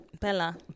bella